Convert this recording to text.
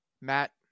Matt